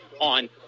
on